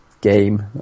game